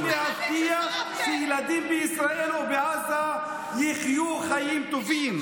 הוא להבטיח שילדים בישראל ובעזה יחיו חיים טובים,